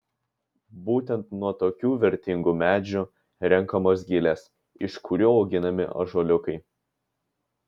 būtent nuo tokių vertingų medžių renkamos gilės iš kurių auginami ąžuoliukai